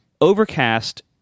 Overcast